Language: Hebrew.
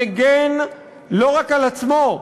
מגן לא רק על עצמו,